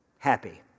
happy